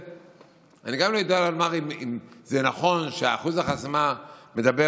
אני לא יודע לומר אם זה נכון שאחוז החסימה מדבר